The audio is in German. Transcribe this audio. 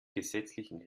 gesetzlichen